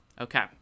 Okay